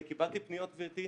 אני קיבלתי פניות, גברתי,